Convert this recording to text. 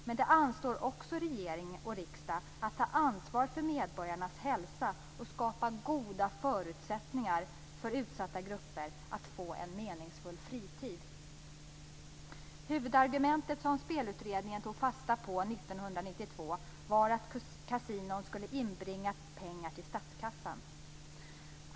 Men det anstår också regering och riksdag att ta ansvar för medborgarnas hälsa och skapa goda förutsättningar för utsatta grupper att få en meningsfull fritid. Huvudargumentet som Spelutredningen tog fasta på år 1992 var att kasinon skulle inbringa pengar till statskassan.